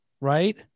right